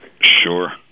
Sure